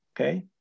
okay